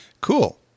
Cool